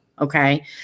okay